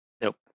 Nope